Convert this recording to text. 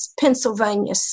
Pennsylvania